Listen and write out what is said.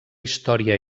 història